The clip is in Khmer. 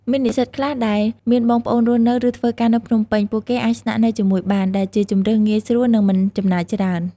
មាននិស្សិតខ្លះដែលមានបងប្អូនរស់នៅ ឬធ្វើការនៅភ្នំពេញ ពួកគេអាចស្នាក់នៅជាមួយបាន ដែលជាជម្រើសងាយស្រួលនិងមិនចំណាយច្រើន។